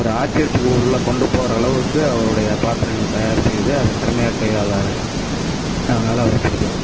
ஒரு ஆச்சரியத்துக்கு உள்ள கொண்டுபோகிற அளவுக்கு அவருடைய பாத்திரங்கள் தயார் செய்து அதை திறமையாக கையாள்கிறார் அதனால் அவரை பிடிக்கும்